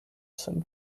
some